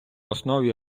основі